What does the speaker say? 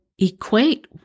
equate